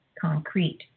concrete